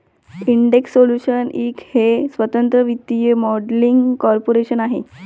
Intex solutions Inc एक स्वतंत्र वित्तीय मॉडेलिंग कॉर्पोरेशन आहे